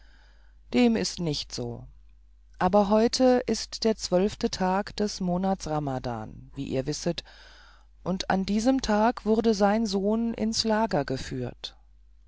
dem ist nicht also aber heute ist der zwölfte tag des monats ramadan wie ihr wisset und an diesem tag wurde sein sohn ins lager geführt